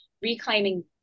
reclaiming